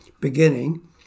beginning